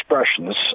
expressions